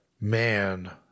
Man